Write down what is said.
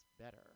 Better